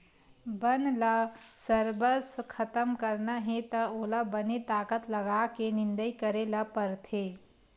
बन ल सरबस खतम करना हे त ओला बने ताकत लगाके निंदई करे ल परथे